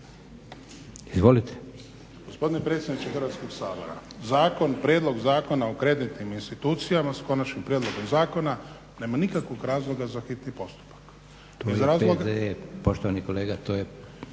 (HDZ)** Gospodine predsjedniče Hrvatskog sabora, zakon, Prijedlog zakona o kreditnim institucijama s konačnim prijedlogom zakona nema nikakvog razloga za hitni postupak. **Leko, Josip (SDP)** To je